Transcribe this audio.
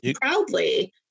proudly